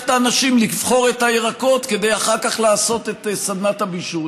את האנשים לבחור את הירקות כדי לעשות אחר כך את סדנת הבישול.